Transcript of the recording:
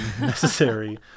necessary